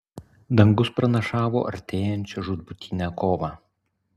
dangus pranašavo artėjančią žūtbūtinę kovą